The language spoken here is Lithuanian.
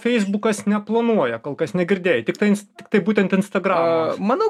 feisbukas neplanuoja kol kas negirdėjai tiktai tiktai būtent instagramas